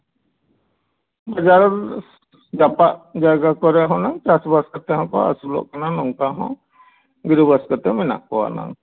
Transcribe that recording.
ᱵᱤᱦᱟᱨ ᱡᱟᱯᱟᱜ ᱡᱟᱭᱜᱟ ᱠᱚᱨᱮ ᱦᱚᱱᱟᱝ ᱪᱟᱥᱼᱵᱟᱥ ᱛᱮᱦᱚᱸᱠᱚ ᱟᱹᱥᱩᱞᱚᱜ ᱠᱟᱱᱟ ᱱᱚᱝᱠᱟ ᱦᱚᱸ ᱜᱤᱨᱟᱹᱵᱟᱥ ᱠᱟᱛᱮ ᱢᱮᱱᱟᱜ ᱠᱚᱣᱟ ᱱᱟᱝ